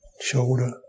shoulder